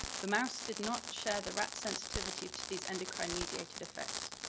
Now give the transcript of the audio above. the mouse did not share the rat's sensitivity to these endocrine-mediated effects.